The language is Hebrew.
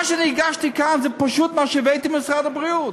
מה שאני הגשתי כאן זה פשוט מה שהבאתי ממשרד הבריאות,